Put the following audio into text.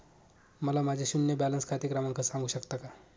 मला माझे शून्य बॅलन्स खाते क्रमांक सांगू शकता का?